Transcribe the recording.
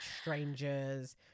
strangers